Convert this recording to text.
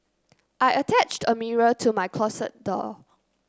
I attached a mirror to my closet door